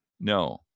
No